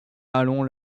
allons